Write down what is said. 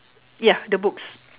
yeah the books